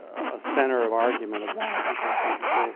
a center of argument of that because some people